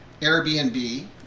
Airbnb